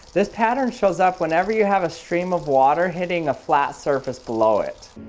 this pattern shows up whenever you have a stream of water hitting a flat surface below it.